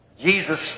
Jesus